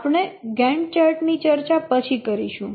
આપણે Gantt chart ની ચર્ચા પછી કરીશું